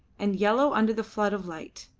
and yellow under the flood of light.